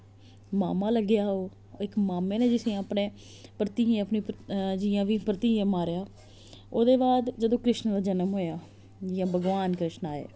मामा लग्गेआ ओह् इक मामे ने जिसी अपने भरतियै जि'यां बी भरतियें मारेआ ओह्दे बाद जंदू कृष्ण दा जन्म होया जां भगवान कृष्ण आए